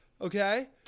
okay